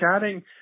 chatting